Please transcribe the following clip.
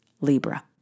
Libra